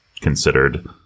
considered